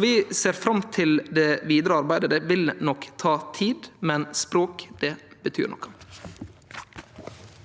Vi ser fram til det vidare arbeidet. Det vil nok ta tid, men språk betyr noko.